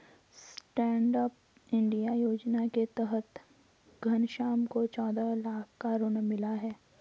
stand up India योजना के तहत घनश्याम को चौदह लाख का ऋण मिला है